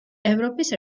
ევროპის